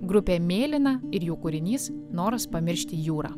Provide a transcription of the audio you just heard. grupė mėlyna ir jų kūrinys noras pamiršti jūrą